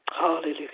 Hallelujah